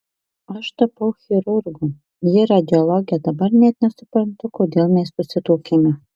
aš tapau chirurgu ji radiologe dabar net nesuprantu kodėl mes susituokėme